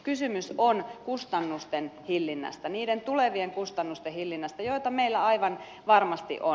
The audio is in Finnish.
kysymys on kustannusten hillinnästä niiden tulevien kustannusten hillinnästä joita meillä aivan varmasti on